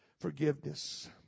Forgiveness